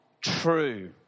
true